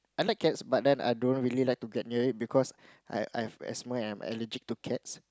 I like cats but then I don't really like to get near it because I I've asthma and I'm allergic to cats